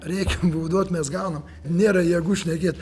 reikiam bauduot mes gaunam nėra jėgų šnekėt